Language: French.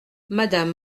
madame